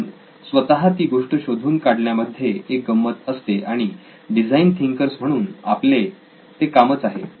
पण स्वतः ती गोष्ट शोधून काढण्यामध्ये एक गंमत असते आणि डिझाईन थिंकर्स म्हणून आपले ते कामच आहे